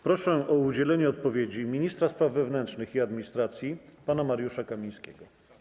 Proszę o udzielenie odpowiedzi ministra spraw wewnętrznych i administracji pana Mariusza Kamińskiego.